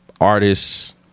artists